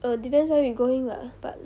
err depends where we going lah but